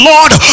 Lord